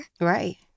Right